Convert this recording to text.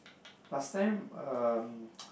last time um